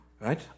Right